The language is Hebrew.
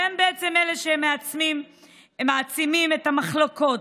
והם בעצם אלה שמעצימים את המחלוקות,